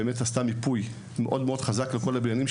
באמת עשתה מיפוי מאוד חזק של כל הבניינים,